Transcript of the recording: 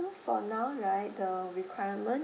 so for now right the requirement